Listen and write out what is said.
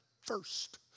first